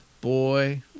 boy